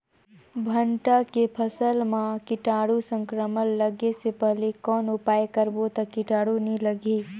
भांटा के फसल मां कीटाणु संक्रमण लगे से पहले कौन उपाय करबो ता कीटाणु नी लगही?